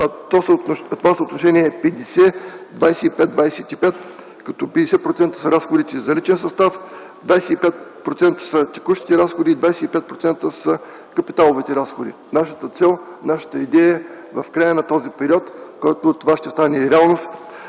Това съотношение е 50:25:25, като 50% са разходите за личен състав, 25% са текущите разходи и 25% са капиталовите разходи. Нашата цел, нашата идея в края на този период, когато това ще стане и реалност,